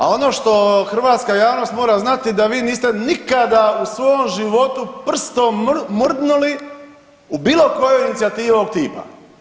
A ono što hrvatska javnost mora znati da vi nište nikada u svom životu prstom mrdnuli u bilo kojoj inicijativi ovog tipa.